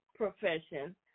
profession